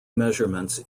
measurements